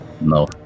No